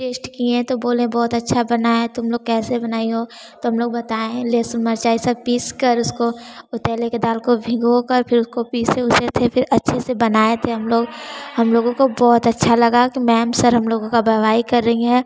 test किए तो बोले बहुत अच्छा बना है तुम लोग कैसे बनाई हो तो हम लोग बताए लहसुन मिर्चा ये सब पीस कर उसको उतैले के दाल को भिगोकर फिर उसको पीसे उसे फिर अच्छे से बनाए थे हम लोग हम लोगो को बहुत अच्छा लगा कि मैम सर हम लोगो का वाहवाही कर रही हैं